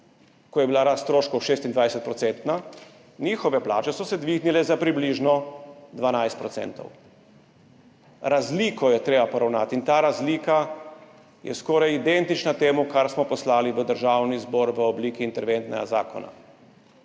ko je bila rast stroškov 26-procentna, njihove plače dvignile za približno 12 %. Razliko je treba poravnati in ta razlika je skoraj identična temu, kar smo poslali v Državni zbor v obliki interventnega zakona.